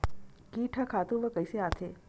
कीट ह खातु म कइसे आथे?